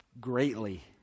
greatly